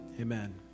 Amen